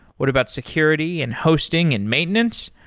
what about security and hosting and maintenance?